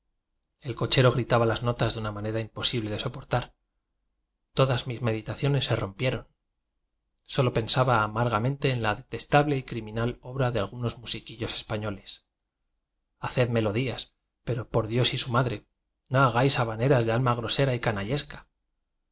el cochero grifaba las notas de una manera imposible de soportar todas mis medita ciones se rompieron solo pensaba amar gamente en la detestable y criminal obra de algunos musiquillos españoles haced melodías pero por dios y su madre no hagáis habaneras de alma grosera y